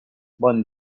bon